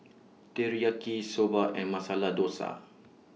Teriyaki Soba and Masala Dosa